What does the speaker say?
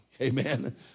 Amen